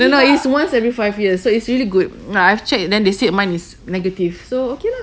no no it's once every five years so it's really good like I've checked then they said mine is negative so okay lah